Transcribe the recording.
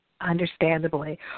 Understandably